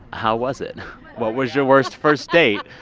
how was it? what was your worst first date?